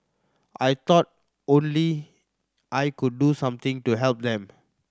I thought only I could do something to help them